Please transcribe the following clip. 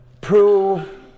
Prove